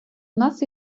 нас